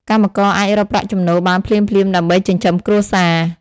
កម្មករអាចរកប្រាក់ចំណូលបានភ្លាមៗដើម្បីចិញ្ចឹមគ្រួសារ។